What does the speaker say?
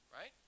Right